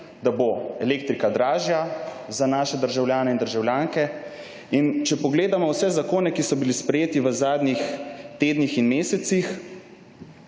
da bo elektrika dražja za naše državljanke in državljane. Če pogledamo vse zakone, ki so bili sprejeti v zadnjih tednih in mesecih,